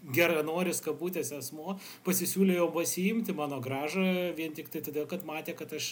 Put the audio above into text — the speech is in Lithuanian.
geranoris kabutėse asmuo pasisiūlė jau pasiimti mano gražą vien tiktai todėl kad matė kad aš